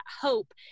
hope